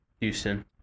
Houston